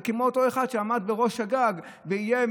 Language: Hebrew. זה כמו אותו אחד שעמד בראש הגג ואיים